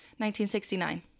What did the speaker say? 1969